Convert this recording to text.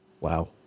Wow